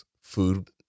food